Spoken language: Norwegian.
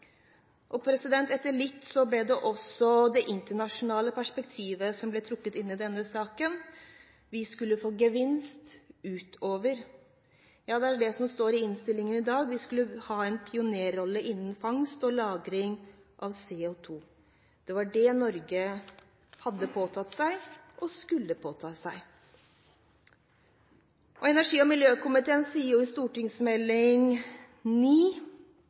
Etter hvert ble også det internasjonale perspektivet trukket inn i denne saken. Vi skulle få gevinst utover det nasjonale. Ja, det er det som står i innstillingen i dag, vi skulle ha en pionerrolle innen fangst og lagring av CO2. Det var det Norge hadde påtatt seg og skulle påta seg. Energi- og miljøkomiteen sier jo i